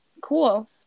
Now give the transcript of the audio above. cool